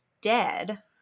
dead